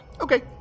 Okay